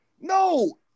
No